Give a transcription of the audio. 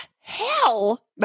hell